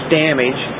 damage